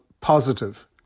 positive